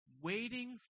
Waiting